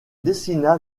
dessina